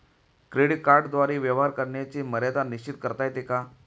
Credit कार्डद्वारे व्यवहार करण्याची मर्यादा निश्चित करता येते का?